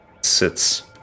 Sits